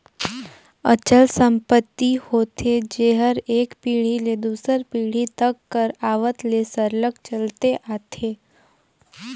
अचल संपत्ति होथे जेहर एक पीढ़ी ले दूसर पीढ़ी तक कर आवत ले सरलग चलते आथे